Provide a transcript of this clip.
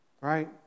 right